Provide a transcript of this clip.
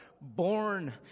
born